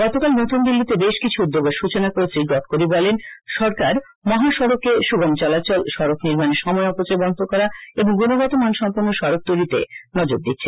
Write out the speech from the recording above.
গতকাল নতু ন দিল্লিতে বেশকিছু উদ্যোগের সূ চনা করে শ্রী গডকরি বলেন সরকার মহাসড়ককে সু গম চলাচল সড়ক নির্মানে সময়ের অপচয় বন্ধ করা ও গুনগত মানসম্পন্ন সডক তৈরিতে নজর দিচ্ছে